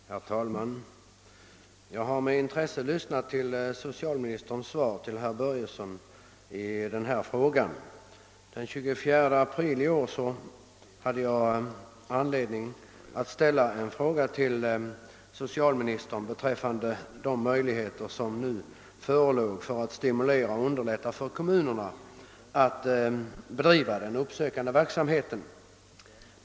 Herr talman! Jag har med intresse lyssnat till socialministerns svar på herr Börjessons i Falköping interpellation. Den 24 april i år fann jag anledning att ställa en fråga till socialministern beträffande möjligheterna att stimulera kommunerna till att bedriva den uppsökande verksamheten och att underlätta denna.